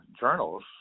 journals